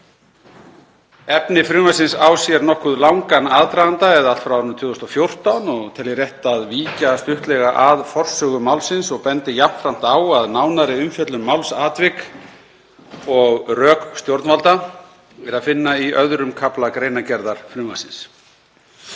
Efni frumvarpsins á sér nokkuð langan aðdraganda, eða allt frá árinu 2014, og tel ég rétt að víkja stuttlega að forsögu málsins og bendi jafnframt á að nánari umfjöllun um málsatvik og rök stjórnvalda er að finna í 2. kafla greinargerðar frumvarpsins.